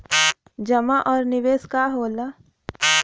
जमा और निवेश का होला?